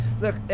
look